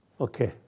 Okay